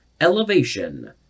elevation